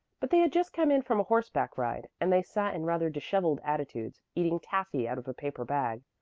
but they had just come in from a horseback ride, and they sat in rather disheveled attitudes, eating taffy out of a paper bag,